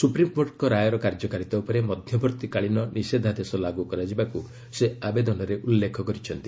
ସୁପ୍ରିମ୍କୋର୍ଟଙ୍କ ରାୟର କାର୍ଯ୍ୟକାରିତା ଉପରେ ମଧ୍ୟବର୍ତ୍ତୀକାଳୀନ ନିଷେଧାଦେଶ ଲାଗୁ କରାଯିବାକୁ ସେ ଆବେଦନରେ ଉଲ୍ଲ୍ରେଖ କରିଛନ୍ତି